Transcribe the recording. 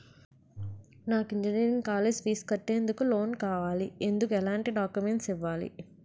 నాకు engineering college fee కట్టేందుకు loan కావాలి, ఎందుకు ఎలాంటి డాక్యుమెంట్స్ ఇవ్వాలి?